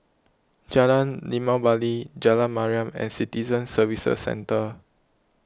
Jalan Limau Bali Jalan Mariam and Citizen Services Centre